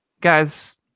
guys